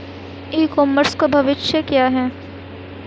ई commerce का भविष्य क्या है?